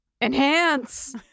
enhance